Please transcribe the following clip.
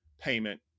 payment